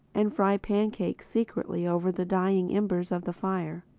and fry pancakes secretly over the dying embers of the fire.